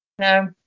No